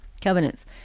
covenants